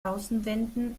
außenwände